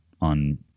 on